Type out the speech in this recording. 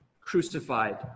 crucified